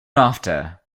after